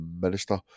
minister